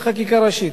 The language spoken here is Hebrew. אז בחקיקה ראשית,